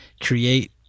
create